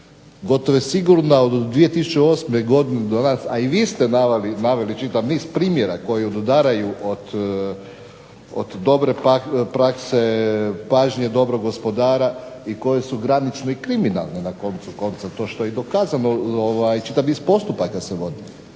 gotovo je sigurno da od 2008. godine do danas, a i vi ste naveli čitav niz primjera koji odudaraju od dobre prakse, pažnje dobrog gospodara i koje su granično i kriminalne na koncu konca to što je i dokazano. Čitav niz postupaka se vodi.